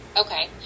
Okay